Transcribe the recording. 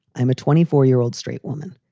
i'm a twenty four year old straight woman.